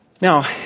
Now